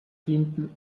dienten